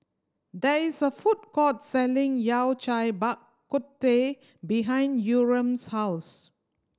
there is a food court selling Yao Cai Bak Kut Teh behind Yurem's house